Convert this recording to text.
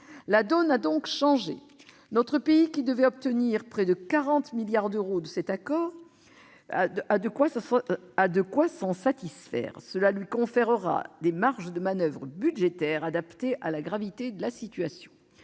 La donne a donc changé. Notre pays, qui devrait obtenir près de 40 milliards d'euros de cet accord, a de quoi s'en satisfaire. Cela lui conférera des marges de manoeuvre budgétaires adaptées à la gravité de la situation.